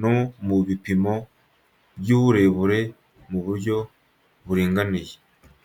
no mu bipimo by’uburebure mu buryo buringaniye.